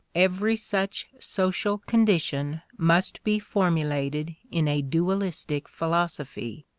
every such social condition must be formulated in a dualistic philosophy,